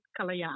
Kalayan